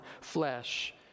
flesh